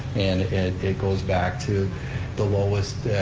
and it it goes back to the lowest,